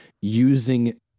using